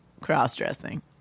cross-dressing